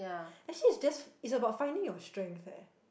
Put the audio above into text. actually it's just it's about finding your strengths eh